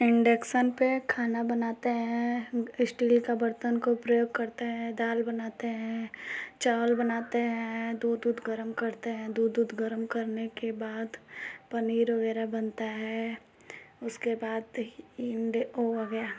induction पर खाना बनाते हैं इस्टील के बर्तन का प्रयोग करते हैं दाल बनाते हैं चावल बनाते हैं दूध उध गरम करते हैं दूध उध गरम करने के बाद पनीर वग़ैरह बनता है उसके बाद इण्डे वह हो गया